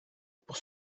pour